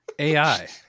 AI